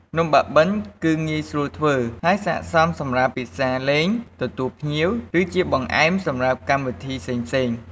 នំបាក់បិនគឺងាយស្រួលធ្វើ ហើយសក្ដិសមសម្រាប់ពិសារលេង ទទួលភ្ញៀវ ឬជាបង្អែមសម្រាប់កម្មវិធីផ្សេងៗ។